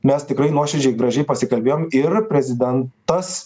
mes tikrai nuoširdžiai gražiai pasikalbėjom ir prezidentas